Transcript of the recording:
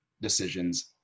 decisions